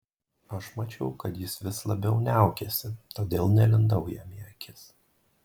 aš mačiau kad jis vis labiau niaukiasi todėl nelindau jam į akis